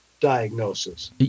diagnosis